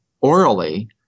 orally